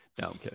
No